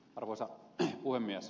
arvoisa puhemies